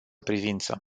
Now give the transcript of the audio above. privință